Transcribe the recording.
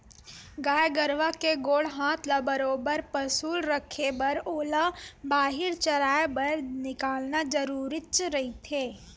गाय गरुवा के गोड़ हात ल बरोबर पसुल रखे बर ओला बाहिर चराए बर निकालना जरुरीच रहिथे